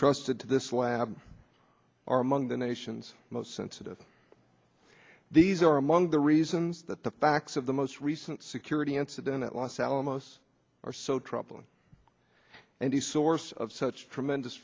entrusted to this lab are among the nation's most sensitive these are among the reasons that the facts of the most recent security incident at los alamos are so troubling and the source of such tremendous